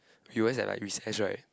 U_S at like recess right